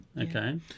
okay